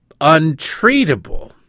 untreatable